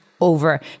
over